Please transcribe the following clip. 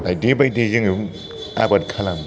बायदि बायदि जोङो आबाद खालामो